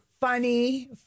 Funny